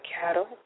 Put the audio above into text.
cattle